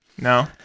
no